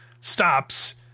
stops